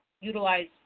utilize